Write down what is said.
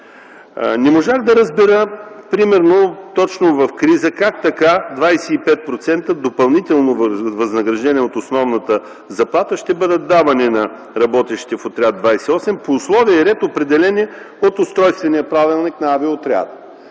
Не можах да разбера например точно в криза как така 25% допълнително възнаграждение от основната заплата ще бъдат давани на работещите в Отряд 28 по условия и ред, определени от устройствения правилник на авиоотряда.